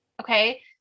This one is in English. okay